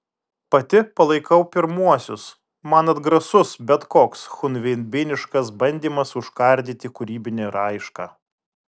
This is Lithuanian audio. pati palaikau pirmuosius man atgrasus bet koks chunveibiniškas bandymas užkardyti kūrybinę raišką